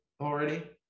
already